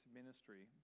ministry